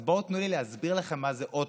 אז בואו תנו לי להסביר לכם מה זה אוטובוס.